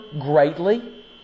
greatly